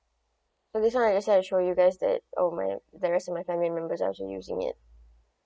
oh this [one] I just show you guys that the rest of my family members are also using it